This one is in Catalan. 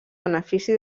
benefici